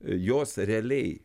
jos realiai